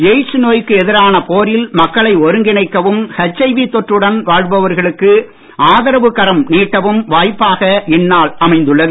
AIDS நோய்க்கு எதிரான போரில் மக்களை ஒருங்கிணைக்கவும் ஹெச்ஐவி தொற்றுடன் வாழ்பவர்களுக்கு ஆதரவு கரம் நீட்டவும் வாய்ப்பாக இந்நாள் அமைந்துள்ளது